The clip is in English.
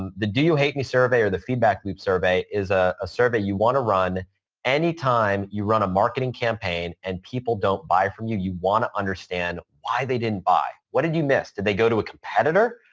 the do you hate me survey or the feedback loop survey is a survey you want to run anytime you run a marketing campaign and people don't buy from you. you want to understand why they didn't buy, what did you miss? did they go to a competitor?